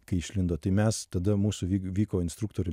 kai išlindo tai mes tada mūsų vyk vyko instruktorių